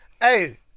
Hey